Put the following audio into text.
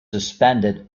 suspended